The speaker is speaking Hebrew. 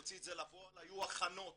להוציא לפועל, היו מכינות